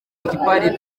ikipari